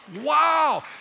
Wow